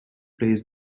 plays